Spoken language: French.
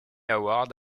award